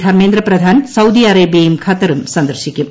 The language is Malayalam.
ധർമ്മേന്ദ്രപ്രധാൻ സൌദി അറേബ്യയും ഖത്തറും സന്ദർശിക്കും